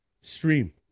stream